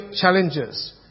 challenges